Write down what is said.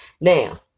Now